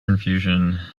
infusion